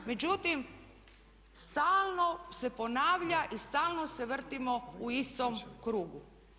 Međutim, stalno se ponavlja i stalno se vrtimo u istom krugu.